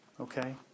Okay